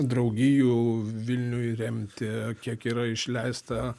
draugijų vilniui remti kiek yra išleista